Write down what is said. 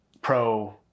pro